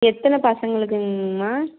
எத்தனை பசங்களுங்கு மா